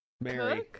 Mary